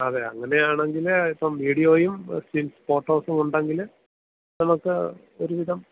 അതെ അങ്ങനെയാണെങ്കിൽ ഇപ്പം വീഡിയോയും സ്റ്റിൽ ഫോട്ടോസും ഉണ്ടെങ്കിൽ നമുക്ക് ഒരു വിധം